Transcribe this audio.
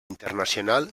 internacional